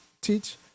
teach